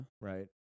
Right